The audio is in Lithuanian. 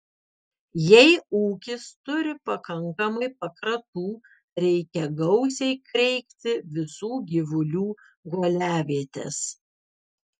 jei ūkis turi pakankamai pakratų reikia gausiai kreikti visų gyvulių guoliavietes